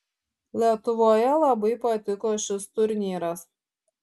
lietuvoje labai patiko šis turnyras